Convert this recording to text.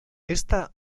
esta